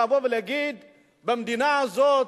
לבוא ולהגיד שבמדינה הזאת,